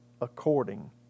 according